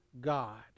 God